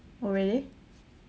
oh really